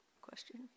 question